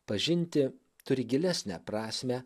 pažinti turi gilesnę prasmę